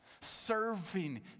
serving